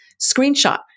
Screenshot